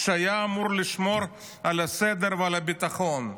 שהיה אמור לשמור על הסדר ועל הביטחון.